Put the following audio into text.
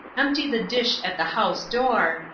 empty the dish at the house door,